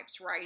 Right